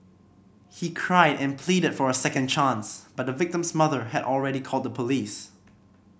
he cried and pleaded for a second chance but the victim's mother had already called the police